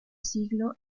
siglo